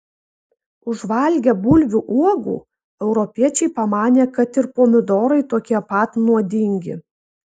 užvalgę bulvių uogų europiečiai pamanė kad ir pomidorai tokie pat nuodingi